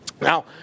Now